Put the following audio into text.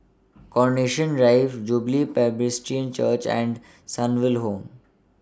Carnation Drive Jubilee Presbyterian Church and Sunnyville Home